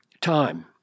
time